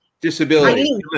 disability